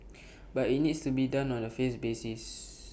but IT needs to be done on A 'phase' basis